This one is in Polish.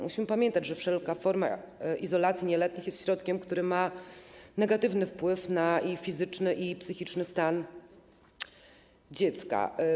Musimy pamiętać, że wszelka forma izolacji nieletnich jest środkiem, który ma negatywny wpływ na fizyczny i psychiczny stan dziecka.